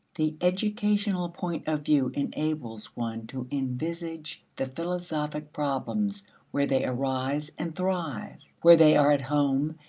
the educational point of view enables one to envisage the philosophic problems where they arise and thrive, where they are at home,